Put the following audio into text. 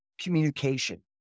communication